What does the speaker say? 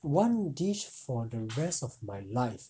one dish for the rest of my life